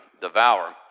devour